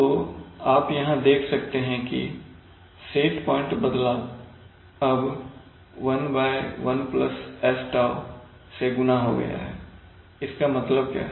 तो आप यहां देख सकते हैं कि सेट प्वाइंट बदलाव अब 11sτ से गुना हो गया है इसका मतलब क्या है